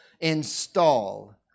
install